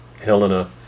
Helena